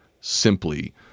simply